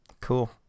Cool